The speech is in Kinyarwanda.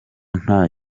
nta